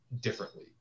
differently